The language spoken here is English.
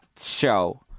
show